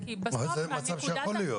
זה מצב שיכול לקרות.